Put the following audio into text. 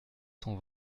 cent